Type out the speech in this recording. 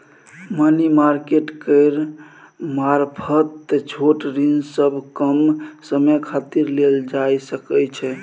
money market केर मारफत छोट ऋण सब कम समय खातिर लेल जा सकइ छै